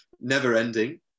never-ending